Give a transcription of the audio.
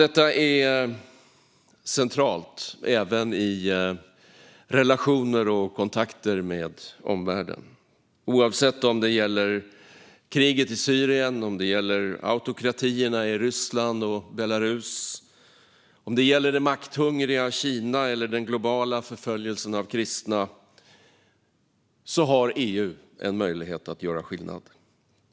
Detta är centralt även i relationer och kontakter med omvärlden. Oavsett om det gäller kriget i Syrien, autokratierna i Ryssland och Belarus, det makthungriga Kina eller den globala förföljelsen av kristna har EU en möjlighet att göra skillnad.